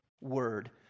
word